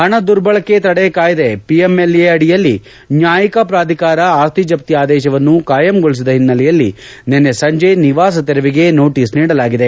ಹಣ ದುರ್ಬಳಕೆ ತಡೆ ಕಾಯಿದೆ ಪಿಎಂಎಲ್ಎ ಅಡಿಯಲ್ಲಿ ನ್ಯಾಯಿಕ ಪ್ರಾಧಿಕಾರ ಆಸ್ತಿ ಜಪ್ತಿ ಆದೇಶವನ್ನು ಕಾಯಂಗೊಳಿಸಿದ ಹಿನ್ನೆಲೆಯಲ್ಲಿ ನಿನ್ನೆ ಸಂಜೆ ನಿವಾಸ ತೆರವಿಗೆ ನೋಟಿಸ್ ನೀಡಲಾಗಿದೆ